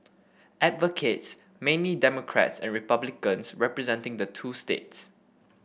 advocates mainly Democrats and Republicans representing the two states